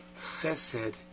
chesed